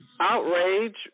outrage